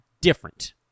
different